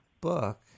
book